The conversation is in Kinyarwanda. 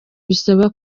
bisaba